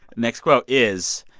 next quote is,